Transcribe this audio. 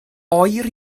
oer